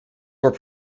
were